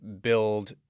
build